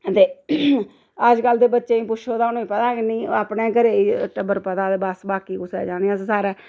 ते अज्जकल दे बच्चें गी पुच्छो ते उ'नें गी पता गै नी अपने घरें दा टब्बर पता ते बस बाकी कुसै दा नेईं अस सारै